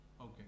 Okay